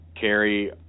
carry